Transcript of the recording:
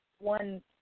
one